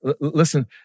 Listen